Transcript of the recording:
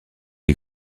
les